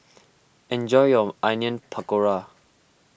enjoy your Onion Pakora